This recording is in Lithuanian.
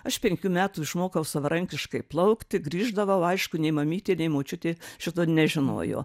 aš penkių metų išmokau savarankiškai plaukti grįždavau aišku nei mamytė nei močiutė šito nežinojo